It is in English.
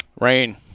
Rain